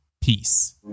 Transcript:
peace